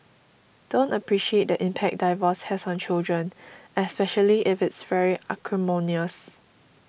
don't appreciate the impact divorce has on children especially if it's very acrimonious